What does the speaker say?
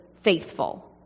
faithful